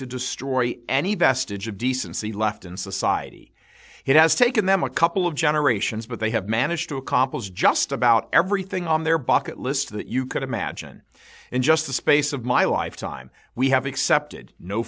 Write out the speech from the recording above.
to destroy any vestige of decency left in society it has taken them a couple of generations but they have managed to accomplish just about everything on their bucket list that you could imagine in just the space of my lifetime we have accepted no